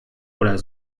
oder